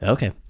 Okay